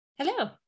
Hello